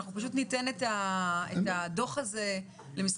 אנחנו פשוט ניתן את הדוח הזה למשרדי